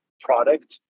product